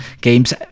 games